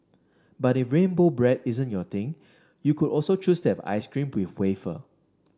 but if rainbow bread isn't your thing you could also choose to have ice cream with wafer